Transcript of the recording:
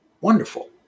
wonderful